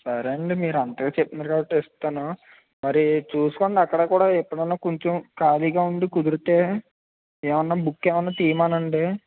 సరే అండి మీరు అంతగా చెప్తున్నారు కాబట్టి ఇస్తాను మరీ చూసుకోండి అక్కడ కూడా ఎప్పుడన్నా కొంచెం ఖాళీగా ఉండి కుదిరితే ఏవన్నా బుక్ ఏవన్నా తీయమనండి